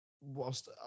whilst